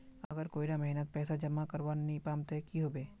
अगर कोई डा महीनात पैसा जमा करवा नी पाम ते की होबे?